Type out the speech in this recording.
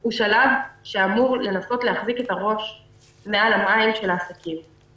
הוא שלב שאמור לנסות להחזיק את הראש של העסקים מעל המים.